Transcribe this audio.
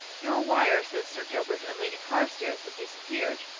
your wire says sir gilbert and lady carstairs have disappeared.